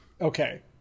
Okay